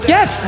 Yes